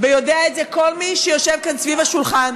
יודע על זה כל מי שיושב כאן סביב השולחן